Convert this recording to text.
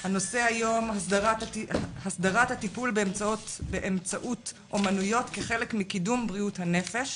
הנושא היום: הסדרת הטיפול באמצעות אומנויות כחלק מקידום בריאות הנפש.